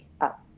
up